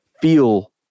feel